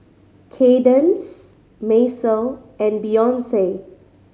Kaydence Macel and Beyonce